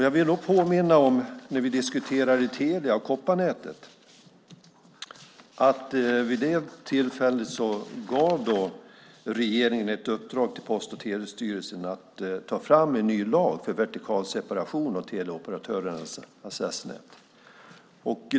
Jag vill påminna om att när vi diskuterade Telia och kopparnätet gav regeringen ett uppdrag till Post och telestyrelsen att ta fram en ny lag för vertikalseparation av teleoperatörernas accessnät.